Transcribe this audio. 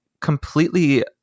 completely